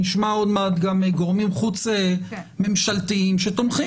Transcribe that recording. נשמע עוד מעט גם גורמים חוץ ממשלתיים שתומכים